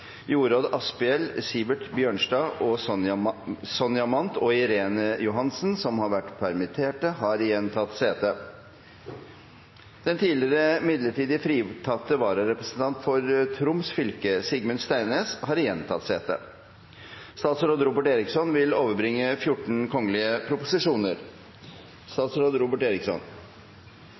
Jorodd Asphjell, Sivert Bjørnstad, Sonja Mandt og Irene Johansen, som har vært permitterte, har igjen tatt sete. Den tidligere midlertidig fritatte vararepresentant for Troms fylke, Sigmund Steinnes, har igjen tatt sete. Representanten Ingjerd Schou vil